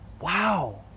Wow